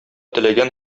теләгән